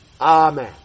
Amen